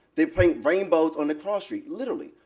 they paint rainbows on the cross street, literally,